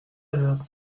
l’heure